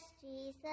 Jesus